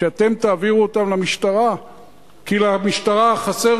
שאתם תעבירו אותם למשטרה כי למשטרה חסר